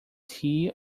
tea